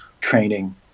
training